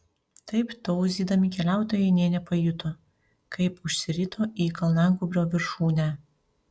taip tauzydami keliautojai nė nepajuto kaip užsirito į kalnagūbrio viršūnę